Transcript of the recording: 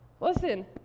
Listen